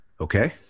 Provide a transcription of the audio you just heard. Okay